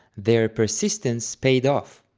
their persistence paid off,